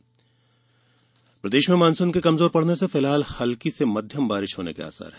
मौसम प्रदेश में मानसून के कमजोर पड़ने से फिलहाल हल्की से मध्यम बारिश होने के आसार हैं